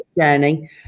journey